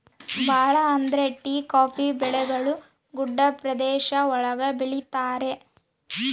ಭಾಳ ಅಂದ್ರೆ tea coffee ಬೆಳೆಗಳು ಗುಡ್ಡ ಪ್ರದೇಶ ಒಳಗ ಬೆಳಿತರೆ